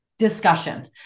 Discussion